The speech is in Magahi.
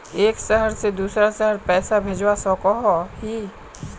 एक शहर से दूसरा शहर पैसा भेजवा सकोहो ही?